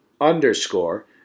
underscore